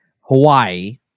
Hawaii